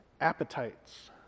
appetites